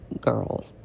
girl